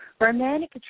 Romantic